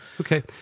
Okay